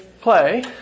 play